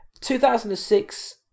2006